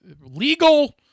legal